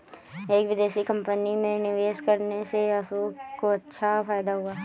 एक विदेशी कंपनी में निवेश करने से अशोक को अच्छा फायदा हुआ